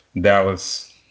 Dallas